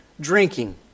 drinking